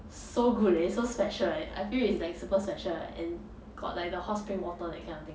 so good leh it's so special eh I feel is like super special and got like the hot spring water that kind of thing